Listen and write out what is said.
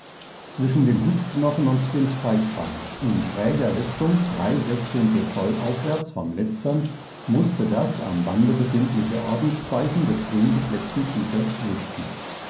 zwischen dem hüftknochen und dem steißbein in schräger richtung drei sechzehnteil zoll aufwärts vom letztern mußte das am bande befindliche ordenszeichen des grüngefleckten tigers sitzen